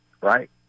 right